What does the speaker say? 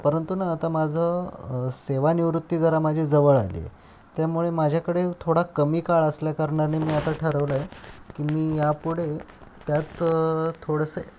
परंतु ना आता माझं सेवानिवृत्ती जरा माझी जवळ आली आहे त्यामुळे माझ्याकडे थोडा कमी काळ असल्या कारणाने मी आता ठरवलं आहे की मी यापुढे त्यात थोडंसं